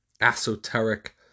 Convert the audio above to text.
esoteric